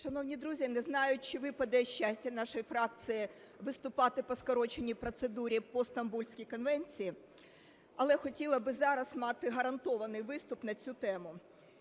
Шановні друзі, не знаю, чи випаде щастя нашій фракції виступати по скороченій процедурі по Стамбульській конвенції, але хотіла би зараз мати гарантований виступ на цю тему